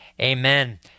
Amen